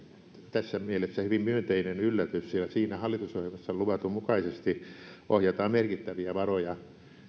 tässä mielessä hyvin myönteinen yllätys ja siinä hallitusohjelmassa luvatun mukaisesti ohjataan merkittäviä varoja